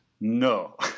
No